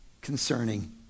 concerning